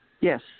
Yes